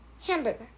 Hamburger